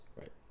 right